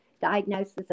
diagnosis